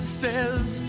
says